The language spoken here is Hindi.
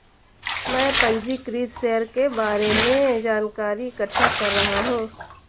मैं पंजीकृत शेयर के बारे में जानकारी इकट्ठा कर रहा हूँ